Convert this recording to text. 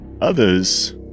others